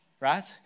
right